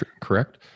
correct